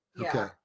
Okay